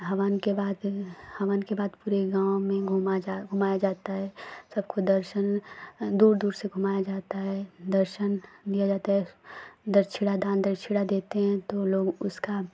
हवन के बाद हवन के बाद पूरे गाँव में घुमा जा घुमाया जाता है सबको दर्शन दूर दूर से घुमाया जाता है दर्शन लिया जाता है दक्षिणा दान दक्षिणा देते हैं तो लोग उसका